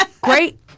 great